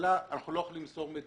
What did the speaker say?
הכלכלה לא יכול למסור.